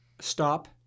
stop